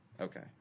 okay